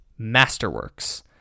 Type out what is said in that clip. Masterworks